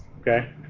Okay